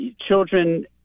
children